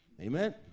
Amen